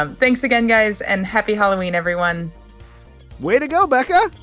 um thanks again guys and happy halloween everyone way to go becca.